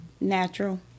natural